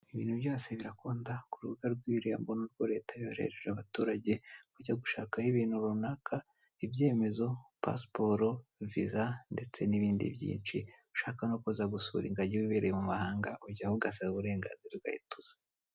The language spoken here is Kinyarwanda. Ibintu byose birakunda ku rubuga rw'irembo ni rwo leta yoherereje abaturage kujya gushakaho ibintu runaka ibyemezo, pasiporo, visa ndetse n'ibindi byinshi. Ushaka no kuza gusura ingagi wibereye mu mahanga ujyaho ugasaba uburenganzira ughita uza.